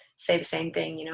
say the same thing. you know